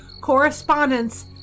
Correspondence